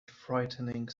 frightening